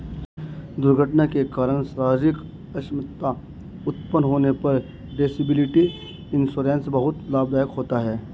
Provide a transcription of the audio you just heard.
दुर्घटना के कारण शारीरिक अक्षमता उत्पन्न होने पर डिसेबिलिटी इंश्योरेंस बहुत लाभदायक होता है